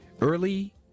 early